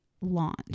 launch